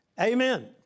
Amen